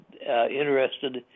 interested